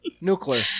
Nuclear